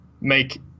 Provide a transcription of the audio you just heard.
make